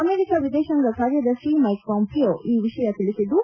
America ವಿದೇಶಾಂಗ ಕಾರ್ಯದರ್ಶಿ Mike Pompeo ಈ ವಿಷಯ ತಿಳಿಸಿದ್ದು